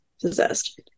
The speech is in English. possessed